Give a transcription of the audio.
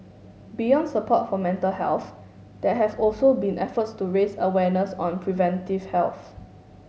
beyond support for mental health there have also been efforts to raise awareness on preventive health